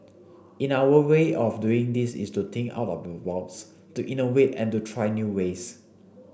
in our way of doing this is to think out of the box to innovate and to try new ways